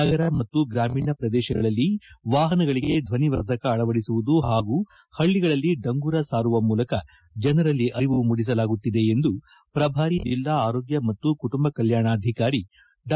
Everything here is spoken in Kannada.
ನಗರ ಮತ್ತು ಗ್ರಾಮೀಣ ಪ್ರದೇಶಗಳಲ್ಲಿ ವಾಪನಗಳಿಗೆ ಧ್ವಿವರ್ಧಕ ಆಳವಡಿಸುವುದು ಪಾಗೂ ಪಳಿಗಳಲ್ಲಿ ಡಂಗೂರ ಸಾರುವ ಮೂಲಕ ಜನರಲ್ಲಿ ಅರಿವು ಮೂಡಿಸಲಾಗುತ್ತಿದೆ ಎಂದು ಪ್ರಭಾರಿ ಜಿಲ್ಲಾ ಆರೋಗ್ಯ ಮತ್ತು ಕುಟುಂಬ ಕಲ್ಕಾಣ ಅಧಿಕಾರಿ ಡಾ